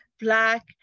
black